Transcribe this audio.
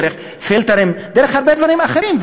דרך פילטרים,